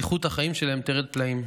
איכות החיים שלהם תרד פלאים.